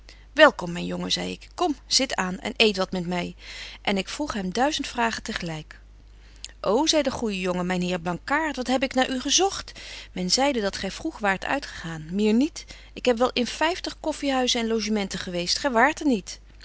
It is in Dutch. welkom myn jongen zei ik kom zit aan en eet wat met my en ik vroeg hem duizend vragen te gelyk ô zei de goeje jongen myn heer blankaart wat heb ik naar u gezogt men zeide dat gy vroeg waart uitgegaan meer niet ik heb wel in vyftig coffyhuizen en logementen geweest gy waart er niet